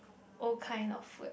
old kind of food